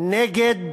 נגד